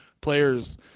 Players